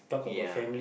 ya